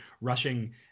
rushing